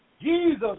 Jesus